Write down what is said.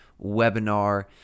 webinar